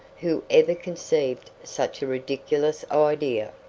who ever conceived such a ridiculous idea?